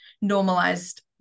normalized